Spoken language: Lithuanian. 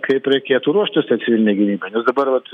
kaip reikėtų ruoštis tai civilinei gynybai nes dabar vat